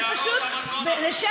אבל בהתייחס לקוד לבוש,